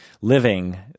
living